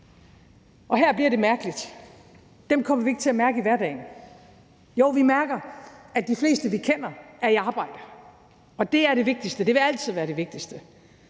og her bliver det mærkeligt – kommer vi ikke til at mærke i hverdagen. Jo, vi mærker, at de fleste, vi kender, er i arbejde. Og det er det vigtigste. Det vil altid være det vigtigste.